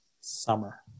summer